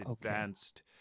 advanced